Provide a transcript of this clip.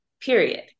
period